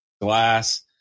glass